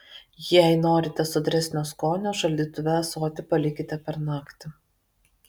jei norite sodresnio skonio šaldytuve ąsotį palikite per naktį